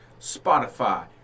Spotify